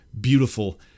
beautiful